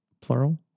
plural